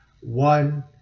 One